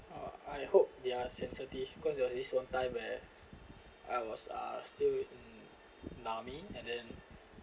uh I hope they're sensitive cause there was this one time where I was ah still in army and then